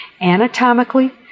Anatomically